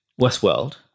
Westworld